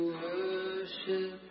worship